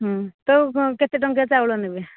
ତ କେତେ ଟଙ୍କିଆ ଚାଉଳ ନେବେ